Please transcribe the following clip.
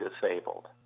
disabled